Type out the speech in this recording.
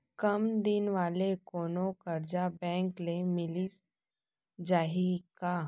कम दिन वाले कोनो करजा बैंक ले मिलिस जाही का?